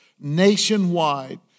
nationwide